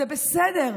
זה בסדר.